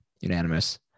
unanimous